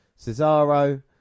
Cesaro